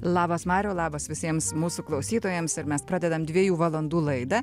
labas mariau labas visiems mūsų klausytojams ir mes pradedam dviejų valandų laidą